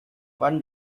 one